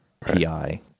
PI